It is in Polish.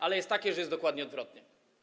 Ale” jest takie, że jest dokładnie odwrotnie.